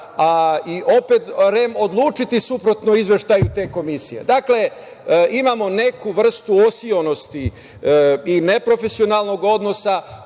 a i opet REM odlučiti suprotno izveštaju te komisije? Dakle, imamo neku vrstu osionosti i neprofesionalnog odnosa